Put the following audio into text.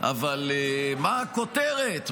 אבל מה הכותרת?